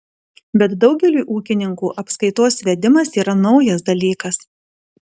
bet daugeliui ūkininkų apskaitos vedimas yra naujas dalykas